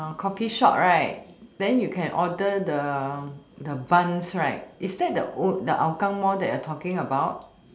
uh coffee shop right then you can order the buns right is that the hougang mall you are talking about